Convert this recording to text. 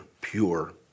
pure